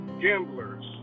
gamblers